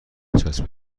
چسب